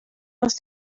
aus